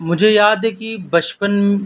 مجھے یاد ہے کہ بچپن